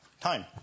time